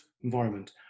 environment